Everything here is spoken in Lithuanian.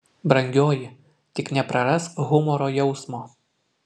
brangioji tik neprarask humoro jausmo